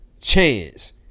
Chance